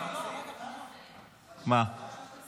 את של